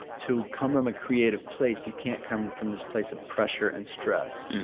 to come from a creative place, you can't come from this place of pressure and stress.